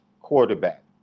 quarterback